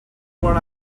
when